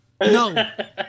no